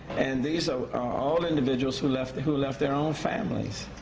and these are all individuals who left who left their own families.